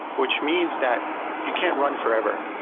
which means that you can't run forever,